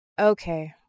Okay